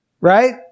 Right